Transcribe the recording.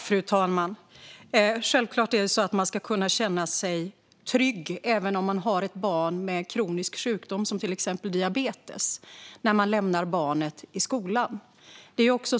Fru talman! Självklart ska man kunna känna sig trygg även om man har ett barn med kronisk sjukdom som till exempel diabetes när man lämnar barnet i skolan.